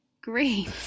great